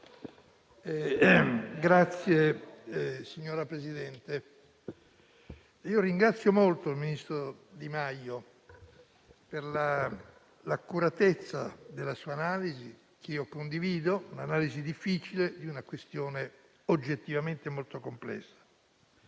*(PD)*. Signora Presidente, ringrazio molto il ministro Di Maio per l'accuratezza della sua analisi, che condivido; un'analisi difficile di una questione oggettivamente molto complessa.